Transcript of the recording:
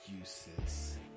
excuses